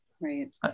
Right